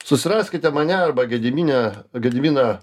susiraskite mane arba gediminę gediminą